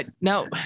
Now